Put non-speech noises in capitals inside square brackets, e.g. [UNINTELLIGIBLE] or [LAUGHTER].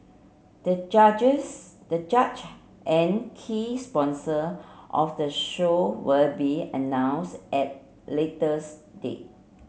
the judges the judge and key sponsor of the show will be announce at later [UNINTELLIGIBLE] date